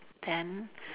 then